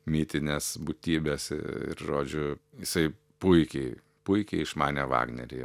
mitines būtybes ir žodžiu jisai puikiai puikiai išmanė vagnerį